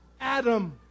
Adam